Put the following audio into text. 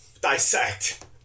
Dissect